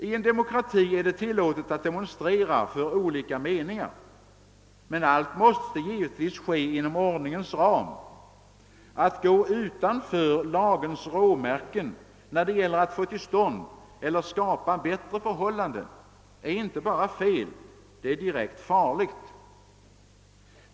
I en demokrati är det tillåtet att demonstrera för olika meningar, men allt måste givetvis ske inom ordningens ram. Att gå utanför lagens råmärken när det gäller att få till stånd eller skapa bättre förhållanden är inte bara fel utan direkt farligt.